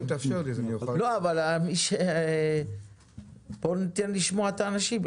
בוא נשמע אתה אנשים.